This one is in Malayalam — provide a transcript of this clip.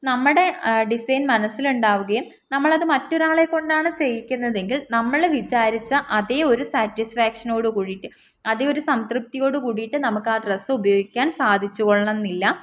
നമ്മുടെ ഡിസൈൻ മനസ്സിലുണ്ടാവുകയും നമ്മൾ അത് മറ്റൊരാളെ കൊണ്ടാണ് ചെയ്യിക്കുന്നത് എങ്കിൽ നമ്മൾ വിചാരിച്ച അതേ ഒരു സാറ്റിസ്ഫാക്ഷനോട് കൂടിയിട്ട് അതേ ഒരു സംതൃപ്തിയോട് കൂടിയിട്ട് നമുക്ക് ആ ഡ്രസ് ഉപയോഗിക്കാൻ സാധിച്ച് കൊള്ളണം എന്നില്ല